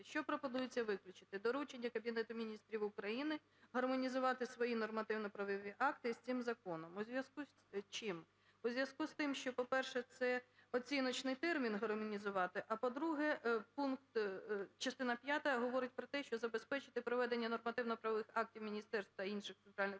Що пропонується виключити? Доручення Кабінету Міністрів України гармонізувати свої нормативно-правові акти із цим Законом. У зв'язку з чим? У зв'язку з тим, що, по-перше, це оціночний термін – гармонізувати, а по-друге, частина п'ята говорить про те, що "забезпечити приведення нормативно-правових актів міністерств та інших центральних